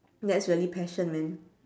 that's really passion man